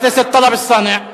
חבר הכנסת טלב אלסאנע.